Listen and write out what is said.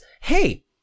hey